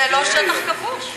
זה לא שטח כבוש.